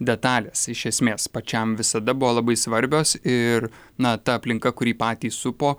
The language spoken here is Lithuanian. detalės iš esmės pačiam visada buvo labai svarbios ir na ta aplinka kuri patį supo